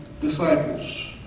disciples